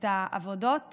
את העבודות